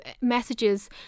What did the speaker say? messages